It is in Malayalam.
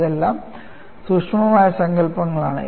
ഇതെല്ലാം സൂക്ഷ്മമായ സങ്കൽപ്പങ്ങളാണ്